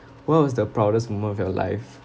what was the proudest moment of your life